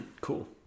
cool